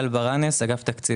רוויזיה.